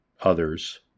others